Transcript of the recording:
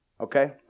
Okay